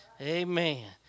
Amen